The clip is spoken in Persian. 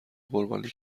قربانی